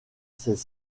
ses